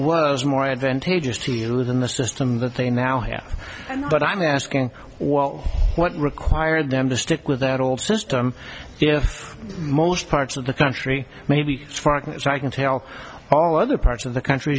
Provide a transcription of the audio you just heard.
was more advantageous to live in the system that they now have and but i'm asking what what require them to stick with that old system if most parts of the country maybe far as i can tell all other parts of the country